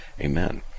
Amen